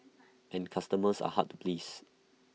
and customers are hard to please